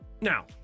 Now